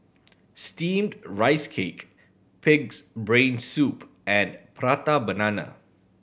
Steamed Rice Cake Pig's Brain Soup and Prata Banana